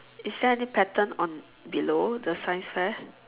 is there any pattern on below the science fair